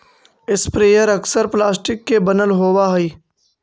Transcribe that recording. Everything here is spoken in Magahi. स्प्रेयर अक्सर प्लास्टिक के बनल होवऽ हई